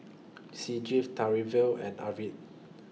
Sanjeev and Arvind